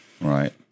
Right